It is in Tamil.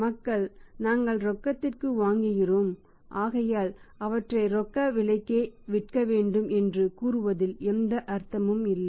மக்கள் நாங்கள் ரொக்கத்திற்கு வாங்குகிறோம் ஆகையால் அவற்றை ரொக்க விலைக்கே விற்க வேண்டும் என்று கூறுவதில் எந்த அர்த்தமும் இல்லை